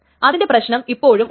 അതിന്റെ പ്രശ്നം ഇപ്പോഴും ഉണ്ട്